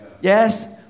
Yes